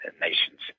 Nations